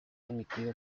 admitido